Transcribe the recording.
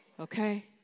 Okay